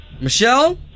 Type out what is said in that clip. Michelle